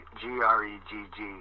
G-R-E-G-G